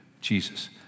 Jesus